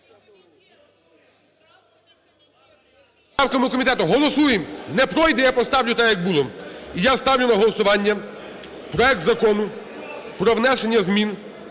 Голосуємо! Не пройде, я поставлю так, як було. І я ставлю на голосування проект Закону про внесення змін